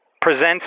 presents